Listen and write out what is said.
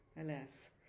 Alas